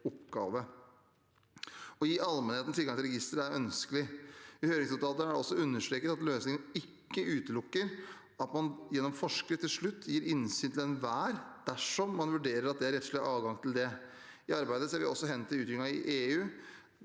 Å gi allmennheten tilgang til registeret er ønskelig. I høringsnotatet er det også understreket at løsningen ikke utelukker at man gjennom forskrift til slutt gir innsyn til «enhver», dersom man vurderer at det er rettslig adgang til det. I arbeidet ser vi også hen til utviklingen i EU,